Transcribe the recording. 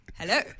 Hello